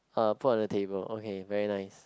uh put on the table okay very nice